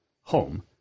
home